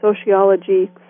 sociology